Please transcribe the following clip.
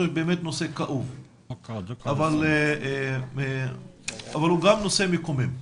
באמת נושא כאוב אבל הוא גם נושא מקומם.